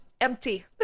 empty